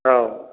औ